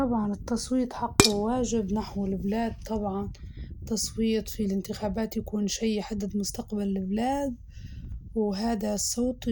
إيه التصويت مهم عشان نكون جزء من اللي جاعد يصير في العملية الديموقراطية، حتى لو ما كان في مرشح مثالي